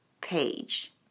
page